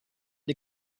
die